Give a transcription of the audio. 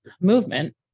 movement